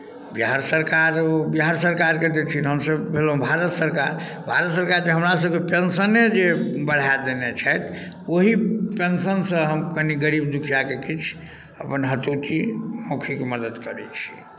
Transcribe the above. बिहार सरकार ओ बिहार सरकारके देथिन हमसभ भेलहुँ भारत सरकार भारत सरकार तऽ हमरासभके पेंशने जे बढ़ा देने छथि ओही पेंशनसँ हम कनि गरीब दुखियाकेँ किछु अपन यथोचित मौखिक मदद करैत छी